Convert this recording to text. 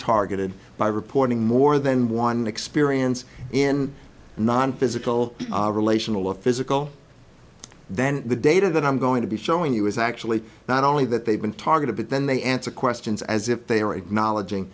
targeted by reporting more than one experience in non physical relational of physical then the data that i'm going to be showing you is actually not only that they've been targeted but then they answer questions as if they are acknowledg